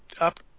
up